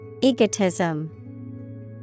Egotism